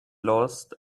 lost